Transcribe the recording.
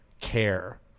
care